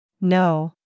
No